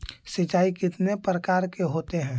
सिंचाई कितने प्रकार के होते हैं?